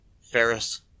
Ferris